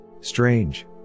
Strange